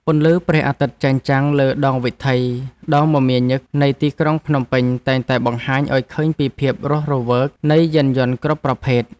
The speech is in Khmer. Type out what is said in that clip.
ពន្លឺព្រះអាទិត្យចែងចាំងលើដងវិថីដ៏មមាញឹកនៃទីក្រុងភ្នំពេញតែងតែបង្ហាញឱ្យឃើញពីភាពរស់រវើកនៃយានយន្តគ្រប់ប្រភេទ។